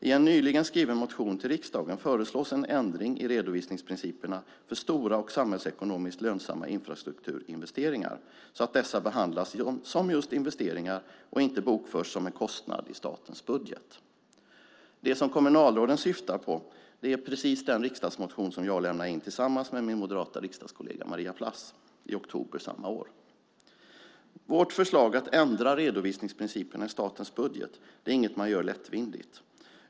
- I en nyligen skriven motion till riksdagen föreslås en ändring i redovisningsprinciperna för stora och samhällsekonomiskt lönsamma infrastrukturinvesteringar, så att dessa behandlas som just investeringar och inte bokförs som en kostnad i statens budget." Det som kommunalråden syftar på är precis den riksdagsmotion som jag har lämnat in tillsammans med min moderata riksdagskollega Maria Plass i oktober samma år. Vårt förslag, att ändra redovisningsprinciperna i statens budget, är inget man gör lättvindigt.